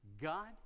God